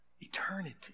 eternity